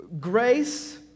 Grace